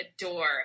adore